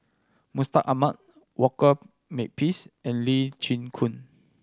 Mustaq Ahmad Walter Makepeace and Lee Chin Koon